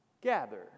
gather